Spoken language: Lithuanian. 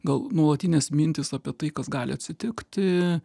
gal nuolatinės mintys apie tai kas gali atsitikti